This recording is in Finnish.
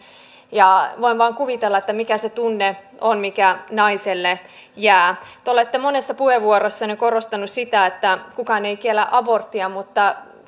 tätä niin voin vain kuvitella mikä se tunne on mikä naiselle jää te olette monessa puheenvuorossanne korostaneet sitä että kukaan ei kiellä aborttia mutta